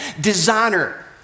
designer